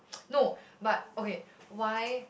no but okay why